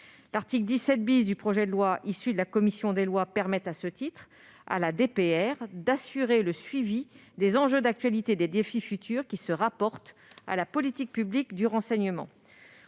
L'article 17 du projet de loi tel qu'il résulte des travaux de la commission des lois permet à ce titre à la DPR d'assurer le suivi des enjeux d'actualité et des défis futurs qui se rapportent à la politique publique du renseignement.